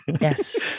Yes